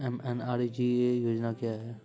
MNREGA योजना क्या हैं?